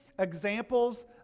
examples